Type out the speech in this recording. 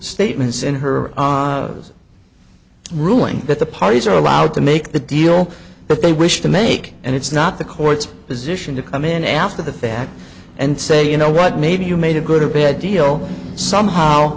statements in her ruling that the parties are allowed to make the deal but they wish to make and it's not the court's position to come in after the fact and say you know what maybe you made a good or bad deal somehow